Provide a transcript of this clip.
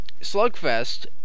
slugfest